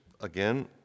again